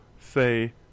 say